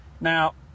Now